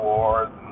Wars